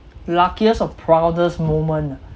luckiest or proudest moment ah